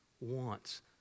wants